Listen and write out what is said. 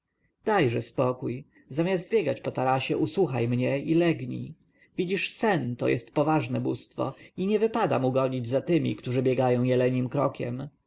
dajże spokój zamiast biegać po tarasie usłuchaj mnie i legnij widzisz sen to poważne bóstwo i nie wypada mu gonić za tymi którzy biegają jelenim krokiem